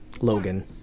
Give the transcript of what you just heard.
Logan